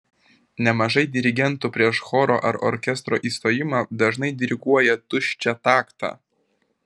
nemažai dirigentų prieš choro ar orkestro įstojimą dažnai diriguoja tuščią taktą